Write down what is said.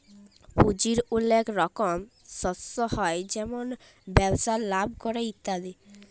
পুঁজির ওলেক রকম সর্স হ্যয় যেমল ব্যবসায় লাভ ক্যরে ইত্যাদি